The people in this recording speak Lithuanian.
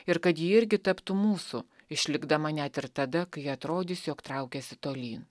ir kad ji irgi taptų mūsų išlikdama net ir tada kai atrodys jog traukiasi tolyn